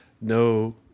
No